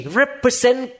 represent